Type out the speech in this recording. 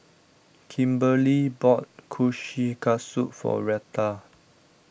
Kimberli bought Kushikatsu for Reta